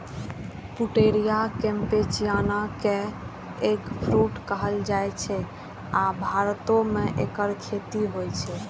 Pouteria campechiana कें eggfruit कहल जाइ छै, आ भारतो मे एकर खेती होइ छै